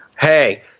Hey